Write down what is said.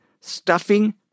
stuffing